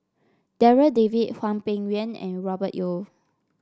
Darryl David Hwang Peng Yuan and Robert Yeo